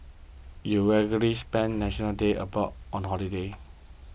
you regularly spend National Day abroad on holiday